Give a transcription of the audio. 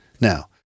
Now